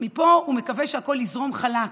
מפה הוא מקווה שהכול יזרום חלק,